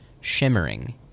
shimmering